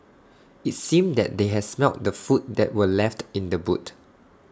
IT seemed that they had smelt the food that were left in the boot